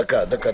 דקה, דקה.